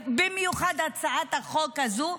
במיוחד הצעת החוק הזו,